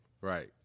Right